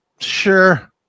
Sure